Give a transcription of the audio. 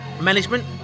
management